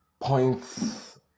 Points